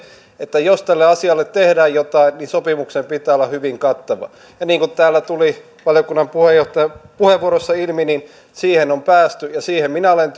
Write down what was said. että jos tälle asialle tehdään jotain niin sopimuksen pitää olla hyvin kattava ja niin kuin täällä tuli valiokunnan puheenjohtajan puheenvuorossa ilmi niin siihen on päästy ja siihen minä olen